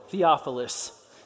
Theophilus